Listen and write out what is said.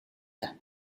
даа